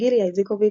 גילי איזיקוביץ,